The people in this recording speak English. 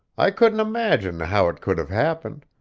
i couldn't imagine how it could have happened,